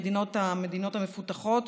המדינות המפותחות,